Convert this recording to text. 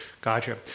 Gotcha